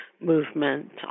movement